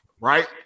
right